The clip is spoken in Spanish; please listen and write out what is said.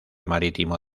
marítimo